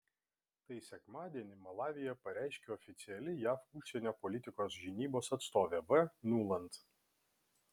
tai sekmadienį malavyje pareiškė oficiali jav užsienio politikos žinybos atstovė v nuland